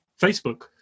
Facebook